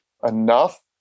enough